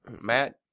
Matt